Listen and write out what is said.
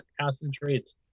concentrates